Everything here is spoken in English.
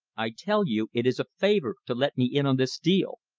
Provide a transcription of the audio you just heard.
i tell you it is a favor to let me in on this deal.